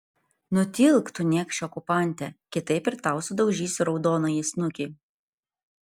nutilk tu niekše okupante kitaip ir tau sudaužysiu raudonąjį snukį